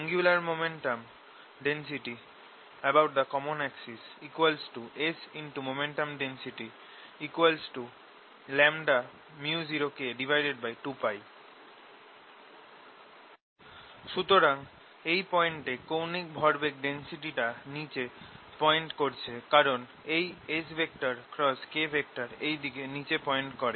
Angular momentum densityabout the common axis S×momentum density µ0K2π সুতরাং এই পয়েন্টে কৌণিক ভরবেগ ডেন্সিটিটা নিচে পয়েন্ট করছে কারণ এই SK এই দিকে নিচে পয়েন্ট করে